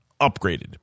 upgraded